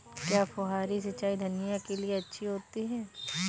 क्या फुहारी सिंचाई धनिया के लिए अच्छी होती है?